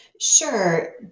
Sure